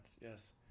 yes